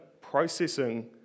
processing